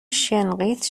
شِنقیط